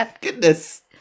goodness